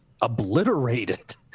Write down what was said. obliterated